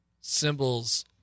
symbols